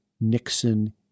Nixon